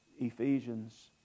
Ephesians